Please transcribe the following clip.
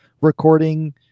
recording